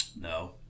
No